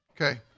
Okay